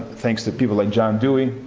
thanks to people like john dewey,